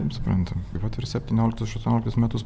suprantam vat ir septynioliktus šešioliktus metus